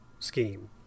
Scheme